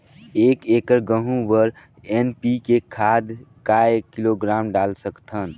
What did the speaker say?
एक एकड़ गहूं बर एन.पी.के खाद काय किलोग्राम डाल सकथन?